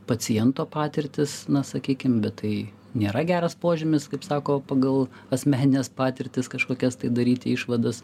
paciento patirtis na sakykim bet tai nėra geras požymis kaip sako pagal asmenines patirtis kažkokias tai daryti išvadas